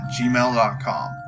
gmail.com